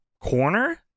corner